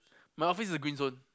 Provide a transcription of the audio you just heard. my office is a green zone